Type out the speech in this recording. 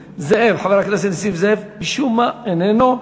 חבר הכנסת נסים זאב, משום מה איננו.